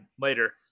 later